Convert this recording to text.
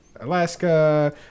Alaska